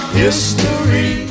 history